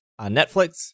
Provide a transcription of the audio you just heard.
Netflix